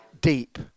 Deep